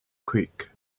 creek